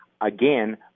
again